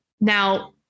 Now